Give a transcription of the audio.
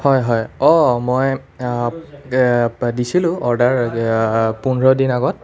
হয় হয় অঁ মই দিছিলোঁ অৰ্ডাৰ পোন্ধৰ দিন আগত